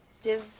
Div